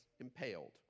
impaled